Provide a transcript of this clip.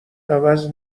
عوض